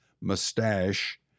mustache